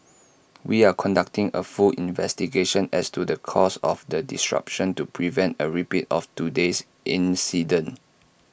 we are conducting A full investigation as to the cause of the disruption to prevent A repeat of today's incident